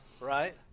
right